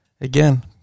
Again